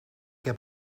heb